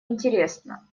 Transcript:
интересно